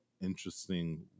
interesting